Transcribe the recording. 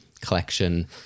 collection